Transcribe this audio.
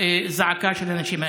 לזעקה של האנשים האלה.